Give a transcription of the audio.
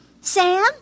Sam